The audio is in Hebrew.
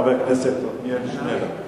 חבר הכנסת עתניאל שנלר.